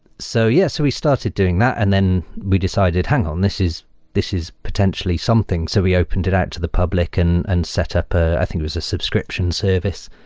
so yeah so we started doing that, and then we decided, hang on, this is this is potentially something. so we opened it out to the public and and set up i think it was a subscription service,